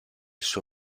suo